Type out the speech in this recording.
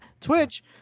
Twitch